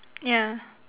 ya